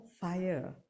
fire